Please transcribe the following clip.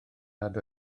nad